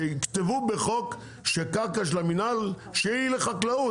שיכתבו בחוק שקרקע של המינהל שהיא לחקלאות,